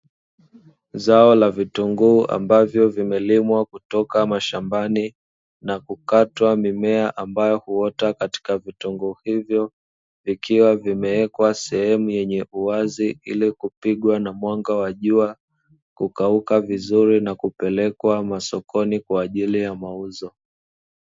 Zao la vitunguu, ambavyo vimelimwa kutoka mashambani na kukatwa mimea ambayo huota katika vitunguu hivyo, vikiwa vimewekwa sehemu yenye uwazi ili kupigwa na mwanga wa jua, kukauka vizuri na kupelekwa masokoni kwa ajili ya mauzo.